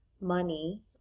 money